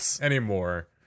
anymore